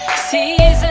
seasons